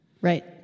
Right